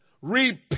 Repent